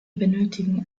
benötigen